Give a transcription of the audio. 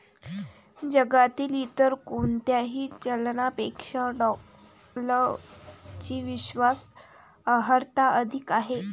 जगातील इतर कोणत्याही चलनापेक्षा डॉलरची विश्वास अर्हता अधिक आहे